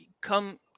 come